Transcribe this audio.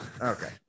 Okay